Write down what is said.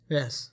yes